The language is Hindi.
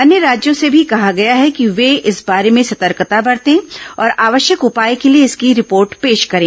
अन्य राज्यों से भी कहा गया है कि वे इस बारे में सतर्कता बरतें और आवश्यक उपाय के लिए इसकी रिपोर्ट पेश करें